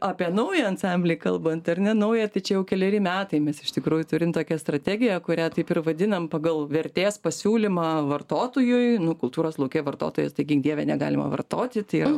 apie naują ansamblį kalbant ar ne naują tai čia jau keleri metai mes iš tikrųjų turim tokią strategiją kurią taip ir vadinam pagal vertės pasiūlymą vartotojui kultūros lauke vartotojas tai gink dieve negalima vartoti tai